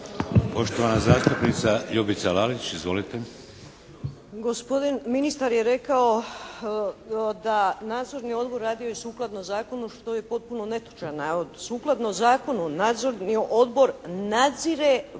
Poštovana zastupnica Ljubica Lalić. Izvolite. **Lalić, Ljubica (HSS)** Gospodin ministar je rekao da nadzorni odbor radio je sukladno zakonu što je potpuno netočan navod. Sukladno zakonu nadzorni odbor nadzire